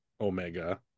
Omega